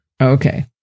Okay